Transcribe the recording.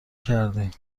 کردهایم